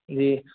جی